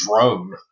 drone